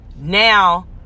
Now